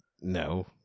No